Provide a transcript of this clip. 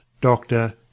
Doctor